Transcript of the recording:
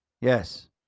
Yes